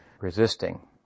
resisting